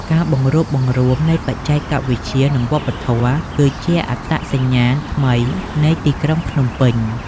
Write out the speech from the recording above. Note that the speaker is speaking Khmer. ការបង្រួបបង្រួមនៃ "បច្ចេកវិទ្យា និងវប្បធម៌" គឺជាអត្តសញ្ញាណថ្មីនៃទីក្រុងភ្នំពេញ។